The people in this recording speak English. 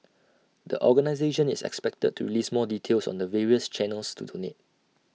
the organisation is expected to release more details on the various channels to donate